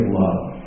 love